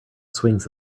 swings